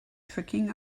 tricking